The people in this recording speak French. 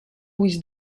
with